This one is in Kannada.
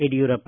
ಯಡಿಯೂರಪ್ಪ